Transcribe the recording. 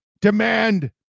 demand